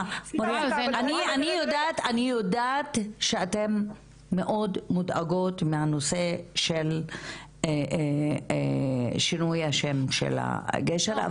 אני יודעת שאתן מאוד מודאגות מהנושא של שינוי השם של הגשר,